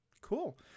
Cool